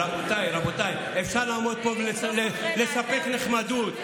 רבותיי, אפשר לעמוד פה ולספק נחמדות.